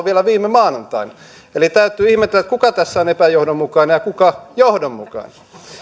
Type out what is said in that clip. vielä viime maanantaina eli täytyy ihmetellä kuka tässä on epäjohdonmukainen ja kuka johdonmukainen